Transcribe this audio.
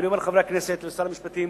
ואני אומר לחברי הכנסת ולשר המשפטים,